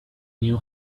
knew